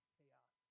Chaos